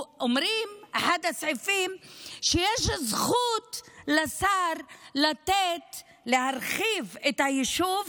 אחד הסעיפים אומר שיש זכות לשר להרחיב את היישוב